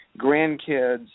grandkids